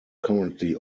currently